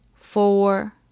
four